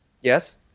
Yes